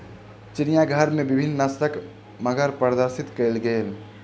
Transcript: चिड़ियाघर में विभिन्न नस्लक मगर प्रदर्शित कयल गेल